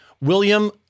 William